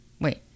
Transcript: Wait